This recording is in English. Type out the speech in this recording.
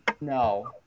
No